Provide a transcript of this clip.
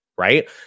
Right